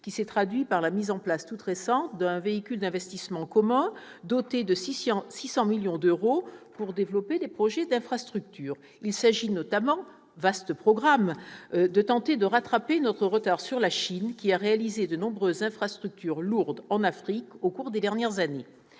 qui s'est traduit par la mise en place toute récente d'un véhicule d'investissement commun, doté de 600 millions d'euros, pour développer les projets d'infrastructures. Il s'agit notamment- vaste programme ! -de tenter de rattraper notre retard sur la Chine, qui a réalisé de nombreuses infrastructures lourdes en Afrique au cours des dernières années.